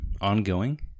Ongoing